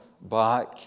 back